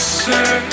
say